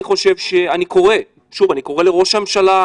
אני קורא לראש הממשלה,